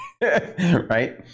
right